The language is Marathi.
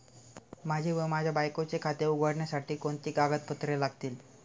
माझे व माझ्या बायकोचे खाते उघडण्यासाठी कोणती कागदपत्रे लागतील?